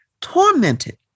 tormented